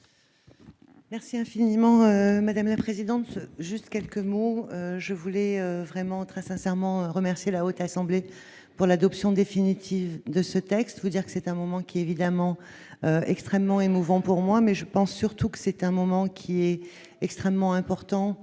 Merci infiniment madame la présidente, juste quelques mots : je voulais vraiment très sincèrement remercier la Haute Assemblée pour l'adoption définitive de ce texte, que dire que c'est un moment qui est évidemment extrêmement émouvant pour moi, mais je pense surtout que c'est un moment qui est extrêmement important pour les